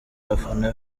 abafana